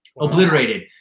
obliterated